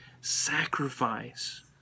sacrifice